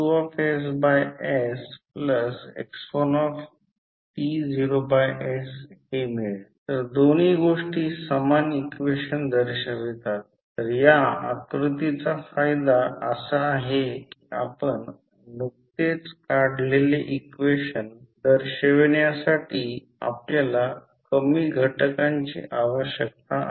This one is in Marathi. येथे एक सर्किट असे दर्शविले आहे येथे कॉइलला टर्नची संख्या N1 आहे टर्नची संख्या N2 आहे म्युच्युअल डॉट काहीही दाखवले नाही मी आहे काहीतरी टाकले आहे आणि हे सर्व समान दोन समीकरणे मी लिहिली आहेत